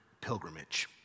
pilgrimage